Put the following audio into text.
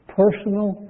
personal